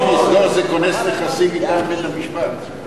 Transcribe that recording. לא, זה כונס נכסים מטעם בית-המשפט.